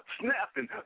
Snapping